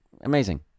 amazing